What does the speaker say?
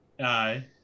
Aye